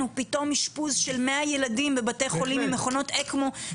פתאום אשפוז של 100 ילדים בבתי חולים עם מכונות ecmo,